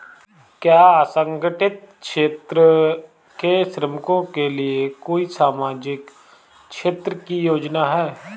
क्या असंगठित क्षेत्र के श्रमिकों के लिए कोई सामाजिक क्षेत्र की योजना है?